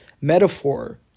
metaphor